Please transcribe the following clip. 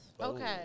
Okay